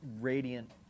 radiant